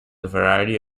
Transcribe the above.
variety